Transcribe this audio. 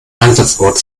einsatzort